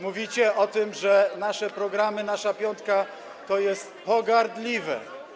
Mówicie o tym, że nasze programy, nasza piątka - że to jest pogardliwe.